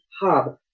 hub